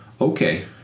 okay